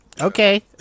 okay